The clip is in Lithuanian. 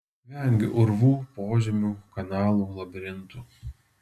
vengiu urvų požemių kanalų labirintų